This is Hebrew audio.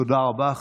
תודה רבה.